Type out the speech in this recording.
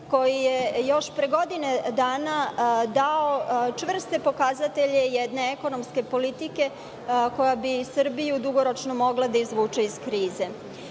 koji je još pre godinu dana dao čvrste pokazatelje jedne ekonomske politike koja bi Srbiju dugoročno mogla da izvuče iz